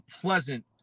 pleasant